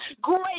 Great